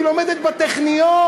היא לומדת בטכניון,